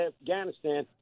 Afghanistan